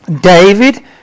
David